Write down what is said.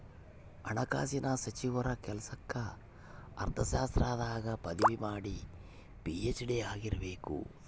ಹಣಕಾಸಿನ ಸಚಿವರ ಕೆಲ್ಸಕ್ಕ ಅರ್ಥಶಾಸ್ತ್ರದಾಗ ಪದವಿ ಮಾಡಿ ಪಿ.ಹೆಚ್.ಡಿ ಆಗಿರಬೇಕು